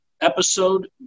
episode